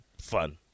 fun